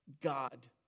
God